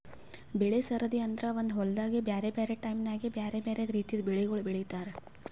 ಬೆಳೆ ಸರದಿ ಅಂದುರ್ ಒಂದೆ ಹೊಲ್ದಾಗ್ ಬ್ಯಾರೆ ಬ್ಯಾರೆ ಟೈಮ್ ನ್ಯಾಗ್ ಬ್ಯಾರೆ ಬ್ಯಾರೆ ರಿತಿದು ಬೆಳಿಗೊಳ್ ಬೆಳೀತಾರ್